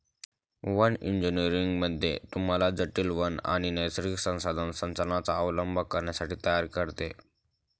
one engineering मध्ये तुम्हाला जटील वन आणि नैसर्गिक संसाधन संचालनाचा अवलंब करण्यासाठी तयार करते